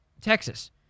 Texas